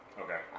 okay